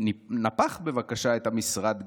נפח בבקשה את המשרד,